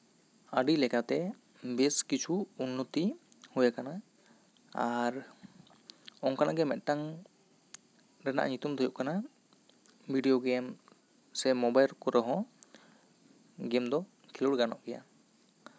ᱟᱹᱰᱤ ᱞᱮᱠᱟᱛᱮ ᱵᱮᱥ ᱠᱤᱪᱷᱩ ᱩᱱᱱᱚᱛᱤ ᱦᱳᱭ ᱟᱠᱟᱱᱟ ᱟᱨ ᱚᱱᱠᱟᱱᱟᱜ ᱜᱮ ᱢᱤᱫᱴᱟᱱ ᱨᱮᱱᱟᱜ ᱧᱩᱛᱩᱢ ᱫᱚ ᱦᱩᱭᱩᱜ ᱠᱟᱱᱟ ᱵᱷᱤᱰᱤᱭᱳ ᱜᱮᱢ ᱥᱮ ᱢᱳᱵᱟᱭᱤᱞ ᱠᱚᱨᱮ ᱦᱚᱸ ᱜᱮᱢ ᱫᱚ ᱠᱷᱮᱞᱳᱰ ᱜᱟᱱᱚᱜ ᱜᱮᱭᱟ